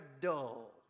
dull